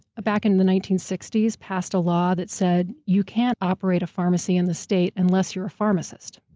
ah back in the nineteen sixty s, passed a law that said you can't operate a pharmacy in the state unless you're a pharmacist.